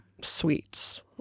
sweets